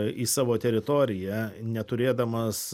į savo teritoriją neturėdamas